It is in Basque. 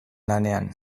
lanean